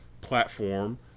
platform